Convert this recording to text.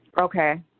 Okay